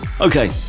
Okay